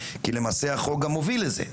כי למעשה החוק גם מוביל לזה,